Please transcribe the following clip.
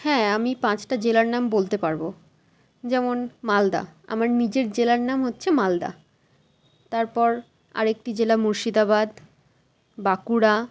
হ্যাঁ আমি পাঁচটা জেলার নাম বলতে পারব যেমন মালদা আমার নিজের জেলার নাম হচ্ছে মালদা তারপর আরেকটি জেলা মুর্শিদাবাদ বাঁকুড়া